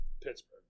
Pittsburgh